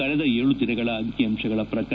ಕಳೆದ ಏಳು ದಿನಗಳ ಅಂಕಿಅಂಶಗಳ ಪ್ರಕಾರ